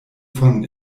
von